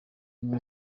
ubumwe